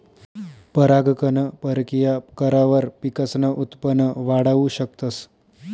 परागकण परकिया करावर पिकसनं उत्पन वाढाऊ शकतस